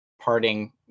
parting